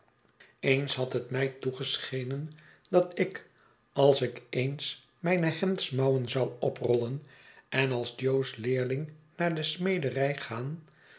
eens had het mij toegeschenen dat ik als ik eens mijne hemdsmouwen zou oprollen en als jo's leeriing naar de smederij gaan